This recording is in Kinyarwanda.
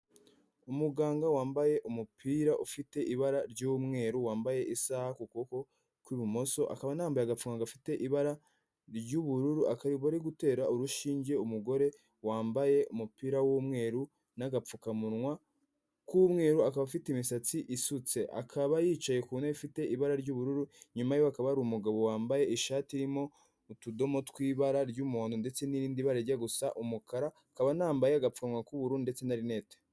Umuganga wambaye umupira ufite ibara ry'umweru wambaye isaha ku kuboko kw'ibumoso, akaba anambaye agapfukamunwa gafite ibara ry'ubururu, akaba ari gutera urushinge umugore wambaye umupira w'umweru n'agapfukamunwa k'umweru, akaba afite imisatsi isutse. Akaba yicaye ku ntebe ifite ibara ry'ubururu, inyuma y'iwe hakaba hari umugabo wambaye ishati irimo utudomo tw'ibara ry'umuhodo ndetse n'irindi bara rijya gusa umukara, akaba anambaye agapfukamunwa k'uburu ndetse rinete.